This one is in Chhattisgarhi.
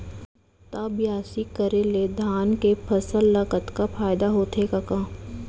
त बियासी करे ले धान के फसल ल कतका फायदा होथे कका?